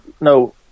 no